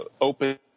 open